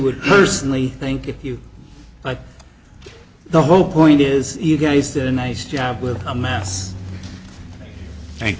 would personally think if you like the whole point is you guys did a nice job with a ma